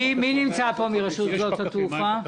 מי נמצא פה מרשות שדות התעופה?